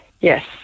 Yes